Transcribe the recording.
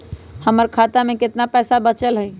हमर खाता में केतना पैसा बचल हई?